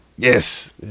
Yes